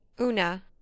Una